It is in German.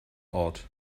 ort